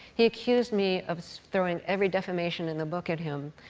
he accused me of throwing every defamation in the book at him,